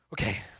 Okay